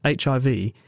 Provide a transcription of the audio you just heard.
HIV